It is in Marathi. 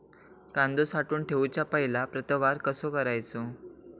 कांदो साठवून ठेवुच्या पहिला प्रतवार कसो करायचा?